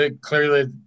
clearly